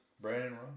Brandon